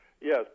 Yes